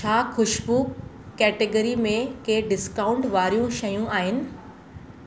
छा खू़शबू कैटेगरी में के डिस्काउंट वारियूं शयूं आहिनि